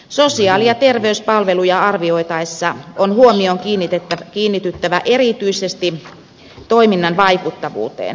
sosiaali ja terveyspalveluja arvioitaessa on huomion kiinnityttävä erityisesti toiminnan vaikuttavuuteen